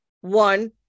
one